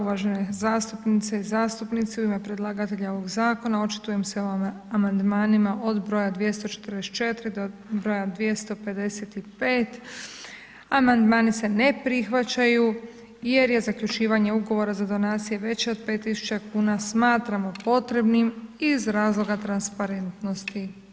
Uvažene zastupnice i zastupnici u ime predlagatelja ovog zakona očitujem se o amandmanima od br. 244 do br. 255., amandmani se ne prihvaćaju jer je zaključivanje Ugovora za donacije veće od 5.000,00 kn, smatramo potrebnim iz razloga transparentnosti.